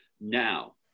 now